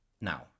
now